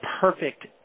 perfect